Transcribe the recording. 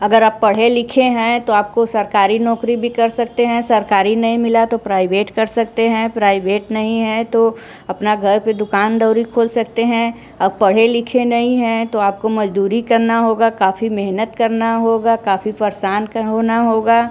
अगर आप पढ़े लिखे हैं तो आपको सरकारी नौकरी भी कर सकते हैं सरकारी नहीं मिला तो प्राइवेट कर सकते हैं प्राइवेट नहीं है तो अपना घर पे दुकान दौरी खोल सकते हैं आप पढ़े लिखे नहीं हैं तो आपको मजदूरी करना होगा काफ़ी मेहनत करना होगा काफ़ी परेशान कर होना होगा